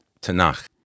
Tanakh